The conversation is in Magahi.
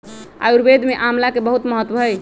आयुर्वेद में आमला के बहुत महत्व हई